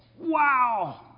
Wow